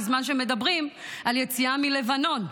בזמן שמדברים על יציאה מלבנון.